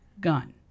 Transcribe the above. Gun